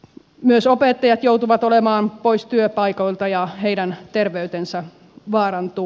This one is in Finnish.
myös opettajat joutuvat olemaan pois työ paikoilta ja heidän terveytensä vaarantuu